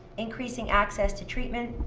increasing access to treatment.